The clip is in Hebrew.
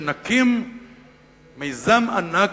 נקים מיזם ענק,